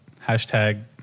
Hashtag